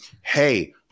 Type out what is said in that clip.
hey